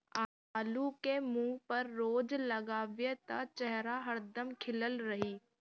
आलू के मुंह पर रोज लगावअ त चेहरा हरदम खिलल रही